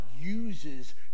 uses